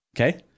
Okay